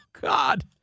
God